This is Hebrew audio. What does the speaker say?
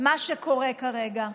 מה שקורה כרגע.